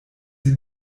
sie